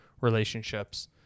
relationships